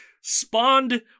spawned